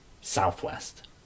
southwest